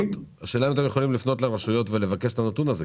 השאלה אם אתם יכולים לפנות לרשויות ולבקש את הנתון הזה,